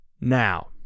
Now